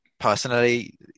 Personally